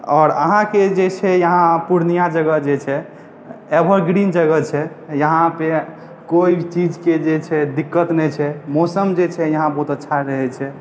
आओर अहाँके जे छै यहाँ पूर्णिया जगह जे छै एवरग्रीन जगह छै यहाँके कोइ चीजके दिक्कत नहि छै मौसम जे छै यहाँ बहुत अच्छा रहैत छै